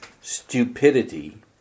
stupidity